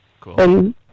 Cool